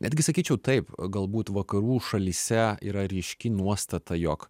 netgi sakyčiau taip galbūt vakarų šalyse yra ryški nuostata jog